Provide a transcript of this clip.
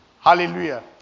Hallelujah